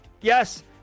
Yes